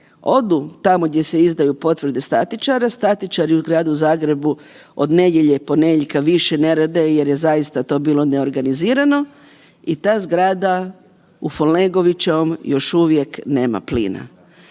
Odu tamo gdje se izdaju potvrde statičara, statičari u Gradu Zagrebu od nedjelje, ponedjeljka, više ne rade jer je zaista to bilo neorganizirano i ta zgrada u Folnegovićevom još uvijek nema plina.